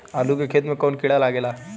आलू के खेत मे कौन किड़ा लागे ला?